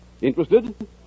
Interested